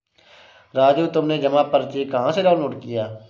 राजू तुमने जमा पर्ची कहां से डाउनलोड किया?